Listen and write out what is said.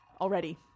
already